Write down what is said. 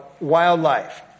wildlife